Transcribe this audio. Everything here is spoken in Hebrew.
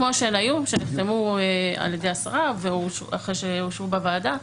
כמו שהן היו ושנחתמו על ידי השרה אחרי שאושרו בוועדה,